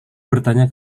bertanya